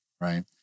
right